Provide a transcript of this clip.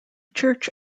church